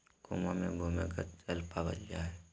कुआँ मे भूमिगत जल पावल जा हय